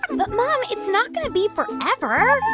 um but, mom, it's not going to be forever.